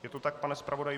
Je to tak, pane zpravodaji?